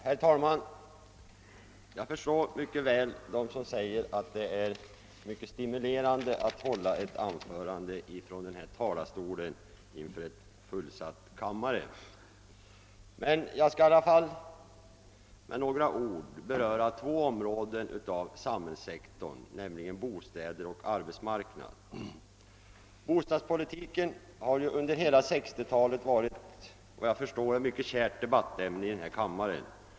Herr talman! Jag förstår mycket väl dem som säger att det är stimulerande att hålla ett anförande från talarstolen inför en fullsatt kammare. Men jag skall i alla fall med några ord beröra två områden av samhällssektorn, nämligen bostäder och arbetsmarknad. Bostadspolitiken har, såvitt jag förstår, under hela 1960-talet varit ett mycket kärt debattämne i denna kammare.